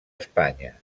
espanya